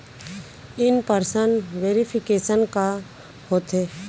In person verification का होथे?